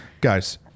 Guys